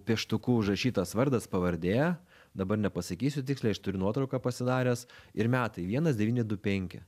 pieštuku užrašytas vardas pavardė dabar nepasakysiu tiksliai aš turiu nuotrauką pasidaręs ir metai vienas devyni du penki